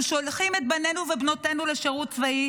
אנחנו שולחים את בנינו ואת בנותינו לשירות צבאי